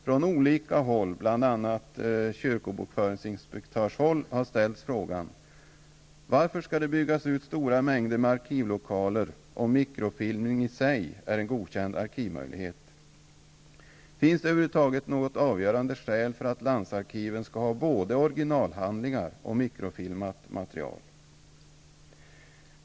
Från olika håll, bl.a. från kyrkobokföringsinspektörs håll, har man ställt frågan: Varför skall man bygga ut stora mängder arkivlokaler om mikrofilmning i sig är en godkänd arkivmöjlighet? Finns det över huvud taget något avgörande skäl för att landsarkiven skall ha både originalhandlingar och mikrofilmat material?